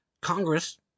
Congress